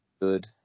good